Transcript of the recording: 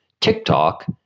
TikTok